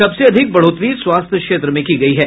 सबसे अधिक बढ़ोतरी स्वास्थ्य क्षेत्र में की गयी है